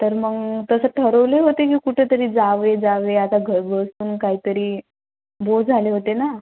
तर मग तसं ठरवले होते की कुठेतरी जावे जावे आता घर बसून काहीतरी बोर झाले होते ना